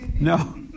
No